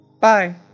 Bye